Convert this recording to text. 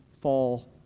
fall